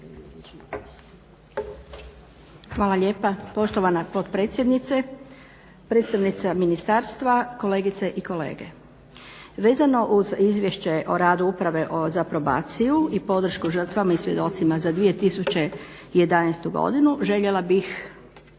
Hvala lijepa poštovana potpredsjednice, predstavnice ministarstva, kolegice i kolege. Vezano uz Izvješće o radu Uprave za probaciju i podršku žrtvama i svjedocima za 2011. godinu željela bih